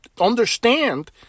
understand